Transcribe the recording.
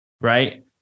Right